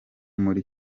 muri